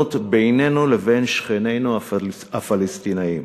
סובלנות בינינו לבין שכנינו הפלסטינים.